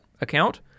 account